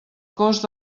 cost